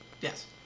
Yes